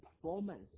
performance